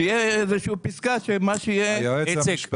שיהיה איזה שהיא פסקה שמה שיהיה --- איציק,